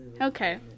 okay